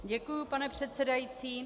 Děkuji, pane předsedající.